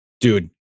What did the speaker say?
dude